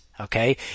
Okay